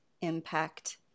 impact